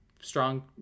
Strong